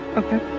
okay